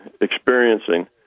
experiencing